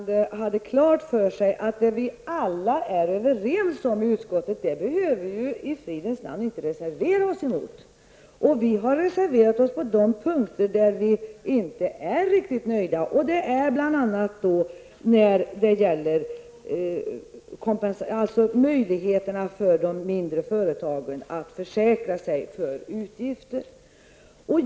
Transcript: Herr talman! Jag trodde att utskottets ordförande hade klart för sig att det som vi är överens om behöver vi inte reservera oss emot. Vi har reserverat oss på det punkter där vi inte är riktigt nöjda. Det berör bl.a. de mindre företagens möjligheter att försäkra sig mot utgifter.